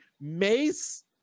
Mace